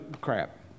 crap